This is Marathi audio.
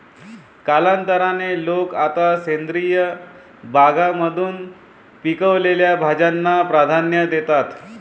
कालांतराने, लोक आता सेंद्रिय बागकामातून पिकवलेल्या भाज्यांना प्राधान्य देतात